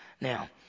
Now